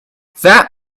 that